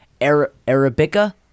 Arabica